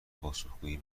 پاسخگویی